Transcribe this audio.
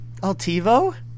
Altivo